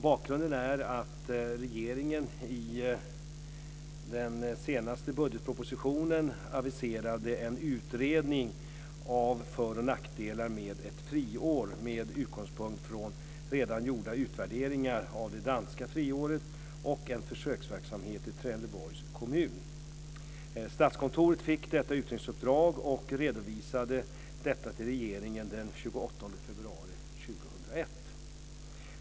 Bakgrunden är att regeringen i den senaste budgetpropositionen aviserade en utredning av för och nackdelar med ett friår med utgångspunkt från redan gjorda utvärderingar av det danska friåret och en försöksverksamhet i Trelleborgs kommun. Statskontoret fick detta utredningsuppdrag och redovisade det till regeringen den 28 februari 2001.